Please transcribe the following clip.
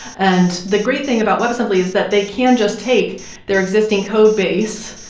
and the great thing about web assembly is that they can just take their existing code base,